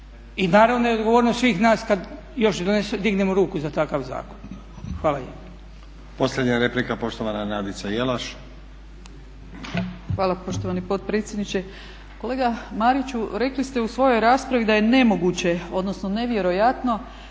i naravno da je odgovornost svih nas kada još i dignemo ruku za takav zakon. Hvala